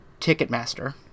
Ticketmaster